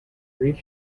grief